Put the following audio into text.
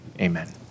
amen